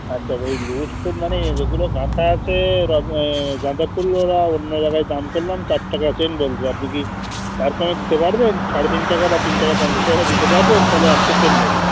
আচ্ছা ওই লুস ফুল মানে যেগুলো গাঁদা আছে রজো গাঁদা ফুল ওরা অন্য জায়গায় দাম করলাম চার টাকা চেন বলছে আপনি কি তার কমে দিতে পারবেন সাড়ে তিন টাকা বা তিন টাকা পঞ্চাশ পয়সা দিতে পারবেন তাহলে একশো চেন নেব